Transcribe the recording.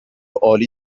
عالی